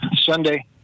Sunday